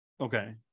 Okay